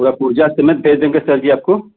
पूरा पुर्जा समेत दे देंगे सर जी आपको